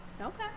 Okay